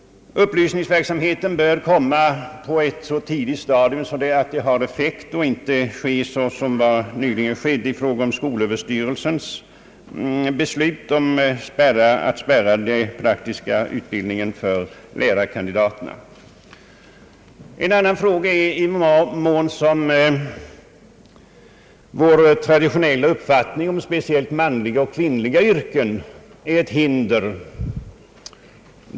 Upplysningsverksamheten bör komma på ett så tidigt stadium att den har effekt och inte sker såsom nyligen var fallet i fråga om skolöverstyrelsens beslut att spärra den praktiska utbildningen för lärarkandidaterna. En annan fråga är i vad mån vår traditionella uppfattning om speciellt manliga och kvinnliga yrken är ett hinder.